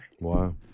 Wow